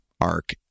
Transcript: arc